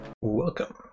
Welcome